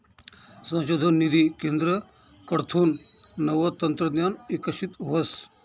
संशोधन निधी केंद्रकडथून नवं तंत्रज्ञान इकशीत व्हस